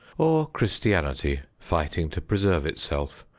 or christianity fighting to preserve itself,